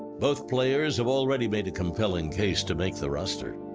both players have already made a compelling case to make the roster.